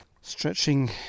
stretching